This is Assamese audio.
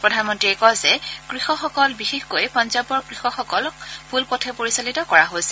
প্ৰধানমন্ত্ৰীয়ে কয় যে কৃষকসকল বিশেষকৈ পঞ্জাৱৰ কৃষকসকলক ভুল পথে পৰিচালিত কৰা হৈছে